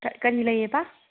ꯀꯔꯤ ꯂꯩꯌꯦꯕ